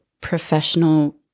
professional